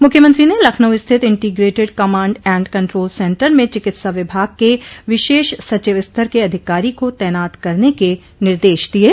मुख्यमंत्री ने लखनऊ स्थित integrated command and control centre में चिकित्सा विभाग के विशेष सचिव स्तर के अधिकारी को तैनात करने के निर्देश दिये